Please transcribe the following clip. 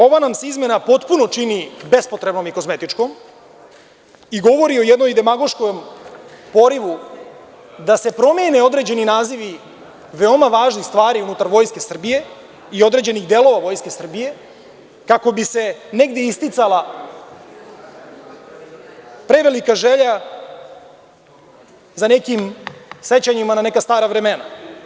Ova nam se izmena potpuno čini bespotrebnom i kozmetičkom i govori o jednom demagoškom porivu da se promene određeni nazivi veoma važnih stvari unutar Vojske Srbije i određenih delova Vojske Srbije, kako bi se negde isticala prevelika želja za nekim sećanjima na neka stara vremena.